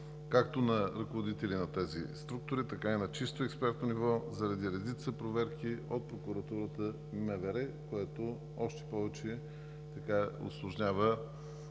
както на ръководители на тези структури, така и на чисто експертно ниво заради редица проверки от прокуратурата и МВР, което още повече усложнява